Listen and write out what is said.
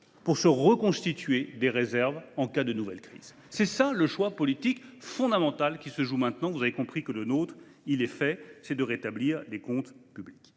pour reconstituer des réserves qui nous serviront en cas de nouvelle crise. Tel est le choix politique fondamental qui se joue maintenant ! Vous aurez compris que le nôtre est fait : c’est de rétablir les comptes publics.